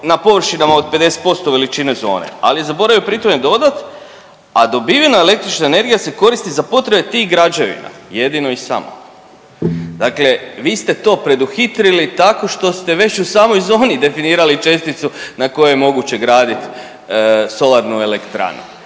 na površinama od 50% veličine zone. Ali je zaboravio pri tome dodat, a dobivena električna energija se koristi za potrebe tih građevina jedino i samo. Dakle, vi ste to preduhitrili tako što ste već u samoj zoni definirali česticu na kojoj je moguće gradit solarnu elektranu.